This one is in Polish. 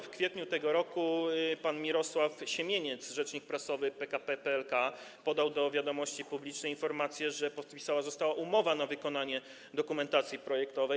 W kwietniu tego roku pan Mirosław Siemieniec, rzecznik prasowy PKP PLK, podał do wiadomości publicznej informację, że podpisana została umowa na wykonanie dokumentacji projektowej.